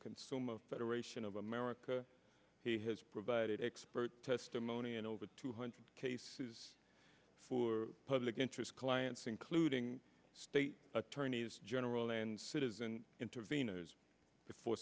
consumer federation of america he has provided expert testimony in over two hundred cases for public interest clients including state attorneys general and citizen interven